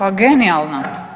A genijalno.